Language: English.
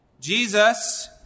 Jesus